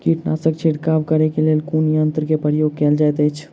कीटनासक छिड़काव करे केँ लेल कुन यंत्र केँ प्रयोग कैल जाइत अछि?